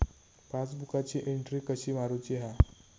पासबुकाची एन्ट्री कशी मारुची हा?